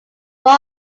more